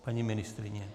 Paní ministryně?